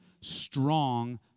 strong